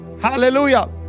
Hallelujah